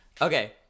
Okay